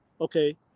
okay